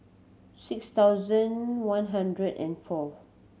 six thousand one hundred and fourth